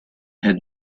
had